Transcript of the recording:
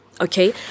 okay